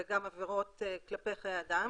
וגם עבירות כלפי חיי אדם,